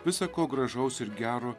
visa ko gražaus ir gero